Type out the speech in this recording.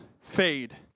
fade